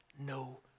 no